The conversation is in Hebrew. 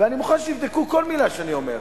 ואני מוכן שתבדקו כל מלה שאני אומר,